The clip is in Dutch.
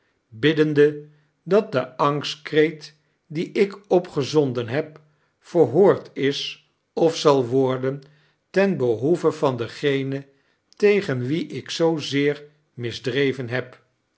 biddende dat de angstkreet dien ik opgezonden heb verhoord is of zal worden ten behoeve van degenen tegem wie ik zoo zeer misdreven heb